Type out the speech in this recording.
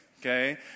okay